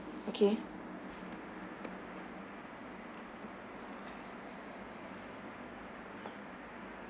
okay